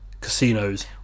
casinos